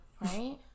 right